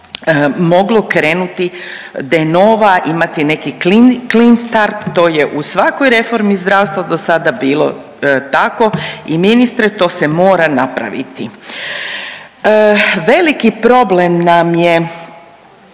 moglo krenuti da novac, imati neki clean start. To je u svakoj reformi zdravstva do sada bilo tako i ministre do se mora napraviti. Veliki problem nam je